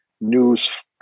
news